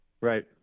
Right